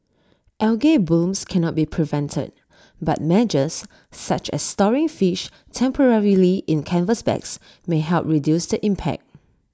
algal blooms cannot be prevented but measures such as storing fish temporarily in canvas bags may help reduce the impact